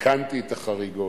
בהחלט היתה מספקת.